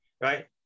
Right